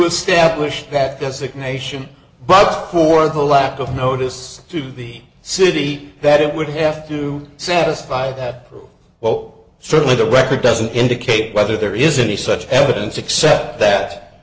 establish that designation but for the lack of notice to be city that it would have to satisfy that well certainly the record doesn't indicate whether there is any such evidence except that